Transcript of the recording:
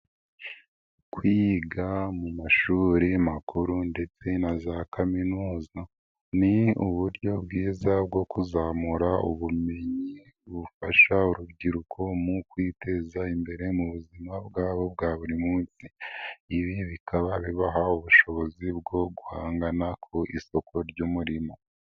Kwiga mu mashuri makuru ndetse na za kaminuza ni uburyo bwiza bwo kuzamura ubumenyi bufasha urubyiruko mu kwiteza imbere mu buzima bwabo bwa buri munsi. Ibi bikaba bibaha ubushobozi bwo guhangana ku isoko ry'umurimo.